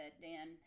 Dan